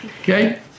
Okay